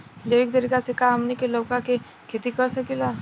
जैविक तरीका से का हमनी लउका के खेती कर सकीला?